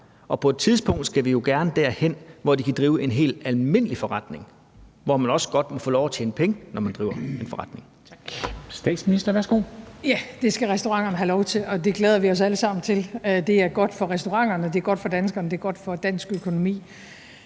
Og på et tidspunkt skal vi jo gerne derhen, hvor de kan drive en helt almindelig forretning, og hvor man også godt må få lov at tjene penge, når man driver en forretning.